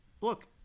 look